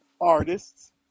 artists